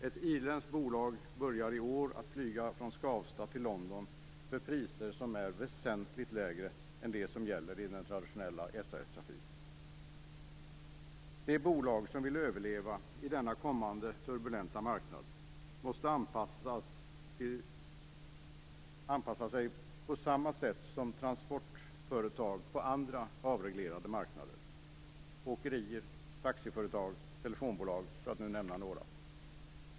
Ett irländskt bolag börjar i år att flyga från Skavsta till London för priser som är väsentligt lägre än de som gäller i den traditionella SAS-trafiken. De bolag som vill överleva på denna kommande turbulenta marknad måste anpassa sig på samma sätt som transportföretag på andra avreglerade marknader, åkerier, taxiföretag, telefonbolag, för att nämna några.